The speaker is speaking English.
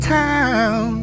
town